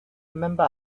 remember